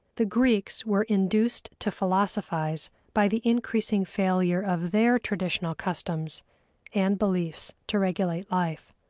the greeks were induced to philosophize by the increasing failure of their traditional customs and beliefs to regulate life.